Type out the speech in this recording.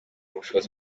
ubushobozi